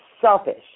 selfish